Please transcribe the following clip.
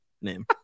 name